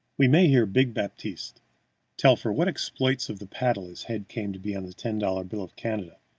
we may hear big baptiste tell for what exploits of the paddle his head came to be on the ten-dollar bills of canada,